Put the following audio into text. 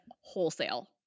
wholesale